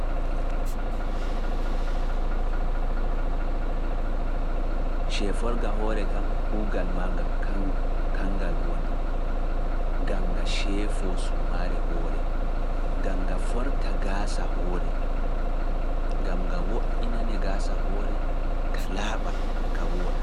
Seforga hoore kam kuugal maa nga kangal woni, ngam nga sefoo sumaare hoore, ngam nga forta gaasa hoore, ngam nga woɗɗinane gaasa hoore ka laaɓa ka wooɗa.